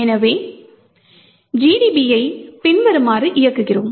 எனவே GDB யை பின்வருமாறு இயக்குகிறோம்